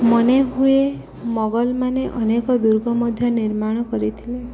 ମନେ ହୁଏ ମୋଗଲମାନେ ଅନେକ ଦୁର୍ଗ ମଧ୍ୟ ନିର୍ମାଣ କରିଥିଲେ